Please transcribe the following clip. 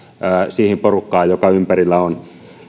siihen porukkaan joka ympärillä on